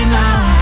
now